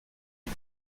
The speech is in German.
die